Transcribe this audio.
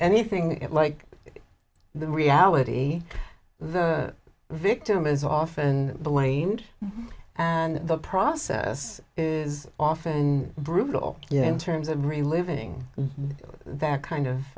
anything it like the reality the victim is often blamed and the process is often brutal yeah in terms of reliving that kind of